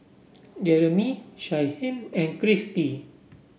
Jeremy Shyheim and Christy